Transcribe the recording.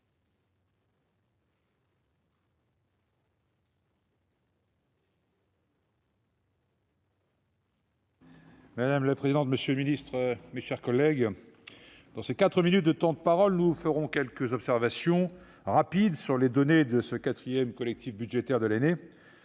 Madame la présidente, monsieur le ministre, mes chers collègues, dans les quatre minutes qui nous sont imparties, nous ferons quelques observations rapides sur les données de ce quatrième collectif budgétaire de l'année,